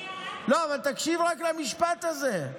אבל תקשיב רק למשפט הזה.